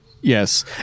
yes